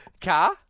Car